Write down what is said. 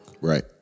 Right